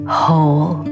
whole